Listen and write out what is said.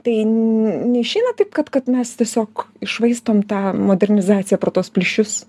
tai neišeina taip kad kad mes tiesiog iššvaistom tą modernizaciją pro tuos plyšius